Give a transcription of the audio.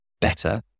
better